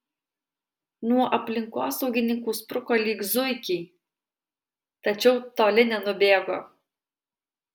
nuo aplinkosaugininkų spruko lyg zuikiai tačiau toli nenubėgo